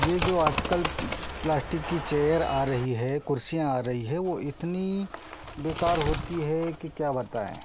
ये जो आजकल प्लाष्टीक की चेयर आ रही है कुर्सियाँ आ रही हैं वो इतनी बेकार होती हैं कि क्या बताएँ